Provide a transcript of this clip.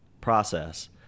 process